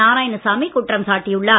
நாராயணசாமி குற்றம் சாட்டியுள்ளார்